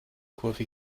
kurve